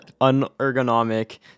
unergonomic